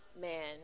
man